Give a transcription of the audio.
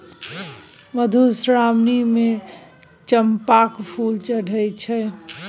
मधुश्रावणीमे चंपाक फूल चढ़ैत छै